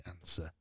answer